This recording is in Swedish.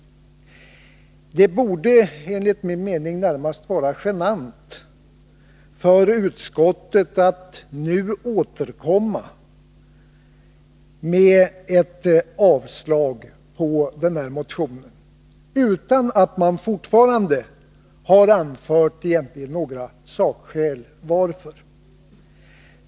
Det borde enligt min mening närmast vara genant för utskottet att nu återkomma med ett avslag som avser den här motionen — fortfarande utan att man har anfört några egentliga sakskäl.